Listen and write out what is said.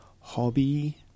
hobby